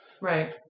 Right